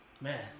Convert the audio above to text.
man